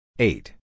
Eight